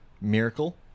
Miracle